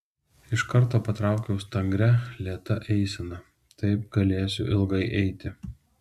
iš karto patraukiau stangria lėta eisena taip galėsiu ilgai eiti